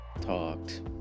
Talked